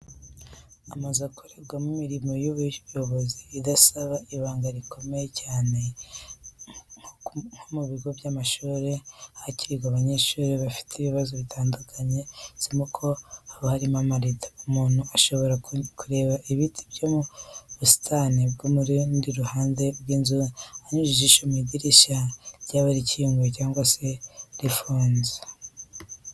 Amazu akorerwamo imirimo y'ubuyobozi idasaba ibanga rikomeye cyane, nko mu bigo by'amashuri ahakirirwa abanyeshuri bafite ibibazo bitandukanye, si ngombwa ko aba arimo amarido. Umuntu ashobora kureba ibiti byo mu busitani bwo ku rundi ruhande rw'inzu, anyujije ijisho mu idirishya ryaba rikinguye cyangwa rikinze.